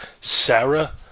Sarah